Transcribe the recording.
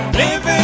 living